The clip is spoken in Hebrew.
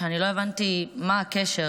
שאני לא הבנתי מה הקשר,